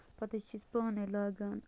پتہٕ حظ چھِ أسۍ پانَے لاگان